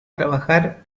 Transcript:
trabajar